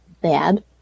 bad